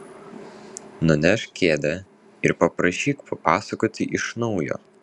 nunešk kėdę ir paprašyk papasakoti iš naujo